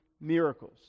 miracles